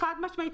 חד משמעית.